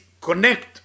connect